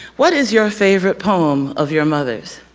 what is your favorite poem of your mother's?